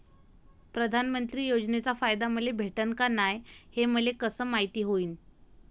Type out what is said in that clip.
प्रधानमंत्री योजनेचा फायदा मले भेटनं का नाय, हे मले कस मायती होईन?